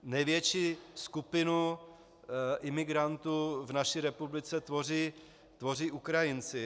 Největší skupinu imigrantů v naší republice tvoří Ukrajinci.